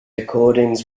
recordings